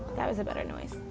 that was a better noise.